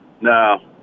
no